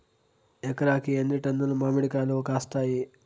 ఎకరాకి ఎన్ని టన్నులు మామిడి కాయలు కాస్తాయి?